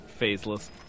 Phaseless